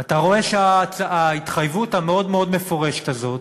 אתה רואה שההתחייבות המאוד-מאוד מפורשת הזו